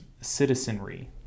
citizenry